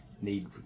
need